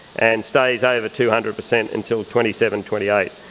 and stays over two hundred percent until twenty seven twenty eight.